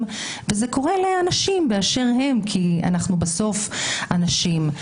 וזה קורה לאנשים באשר הם כי אנחנו בסוף אנשים.